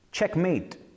checkmate